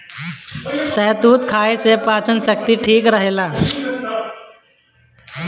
शहतूत खाए से पाचन शक्ति ठीक रहेला